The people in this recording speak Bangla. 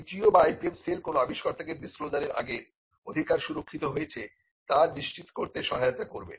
TTO বা IPM সেল কোন আবিষ্কর্তা কে ডিসক্লোজার এর আগে অধিকার সুরক্ষিত হয়েছে তা নিশ্চিত করতে সহায়তা করবে